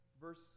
Verse